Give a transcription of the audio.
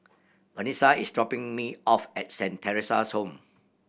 Vanesa is dropping me off at Saint Theresa's Home